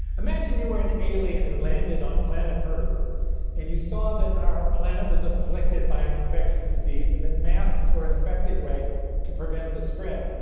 imagine you were an alien who landed on planet earth and you saw that our planet was afflicted by an infectious disease and that masks were an effective way to prevent the spread.